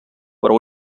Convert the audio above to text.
però